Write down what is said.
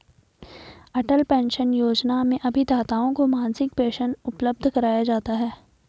अटल पेंशन योजना में अभिदाताओं को मासिक पेंशन उपलब्ध कराया जाता है